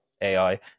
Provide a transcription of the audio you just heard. AI